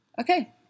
okay